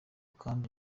kandi